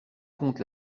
comte